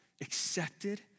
accepted